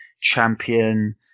champion